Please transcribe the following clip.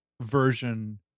version